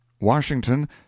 Washington